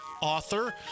author